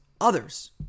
others